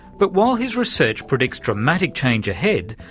but while his research predicts dramatic change ahead,